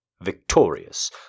victorious